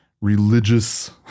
religious